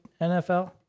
NFL